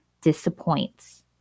disappoints